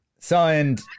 signed